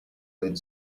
один